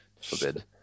forbid